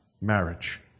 marriage